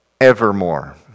evermore